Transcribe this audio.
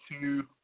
two –